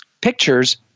pictures